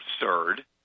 absurd